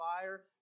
fire